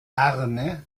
arne